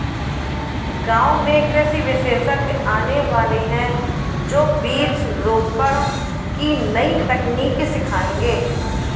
गांव में कृषि विशेषज्ञ आने वाले है, जो बीज रोपण की नई तकनीक सिखाएंगे